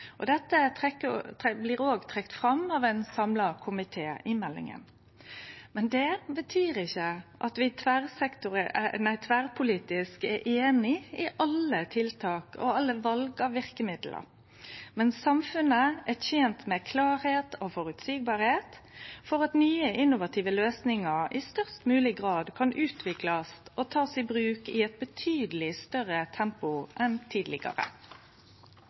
Dette blir òg trekt fram av ein samla komité i innstillinga. Det betyr ikkje at vi tverrpolitisk er einige i alle tiltak og alle val av verkemiddel, men samfunnet er tent med at nye innovative løysingar i størst mogleg grad kan utviklast og takast i bruk i eit betydeleg større tempo enn tidlegare.